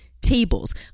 tables